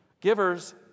Givers